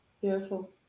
Beautiful